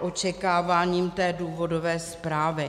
očekáváním té důvodové zprávy.